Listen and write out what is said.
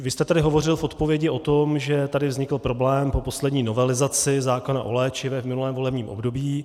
Vy jste tady hovořil v odpovědi o tom, že tady vznikl problém po poslední novelizaci zákona o léčivech v minulém volebním období.